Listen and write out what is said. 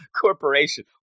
corporation